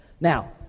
Now